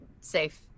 safe